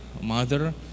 mother